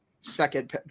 second